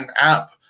app